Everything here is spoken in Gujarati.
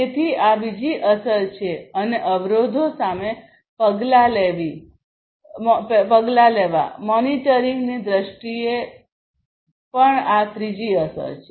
તેથી આ બીજી અસર છે અને અવરોધો સામે પગલાં લેવીમોનિટરિંગની દ્રષ્ટિએ પણ આ ત્રીજી અસર છે